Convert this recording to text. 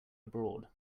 abroad